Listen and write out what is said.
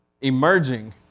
emerging